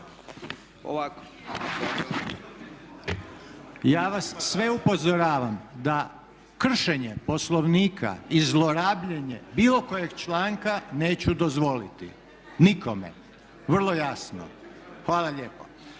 Ja vas sve upozoravam da kršenje Poslovnika i zlorabljenje bilo kojeg članka neću dozvoliti nikome vrlo jasno. Hvala lijepo.